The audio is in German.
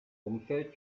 umfeld